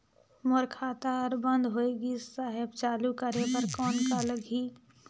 मोर खाता हर बंद होय गिस साहेब चालू करे बार कौन का लगही?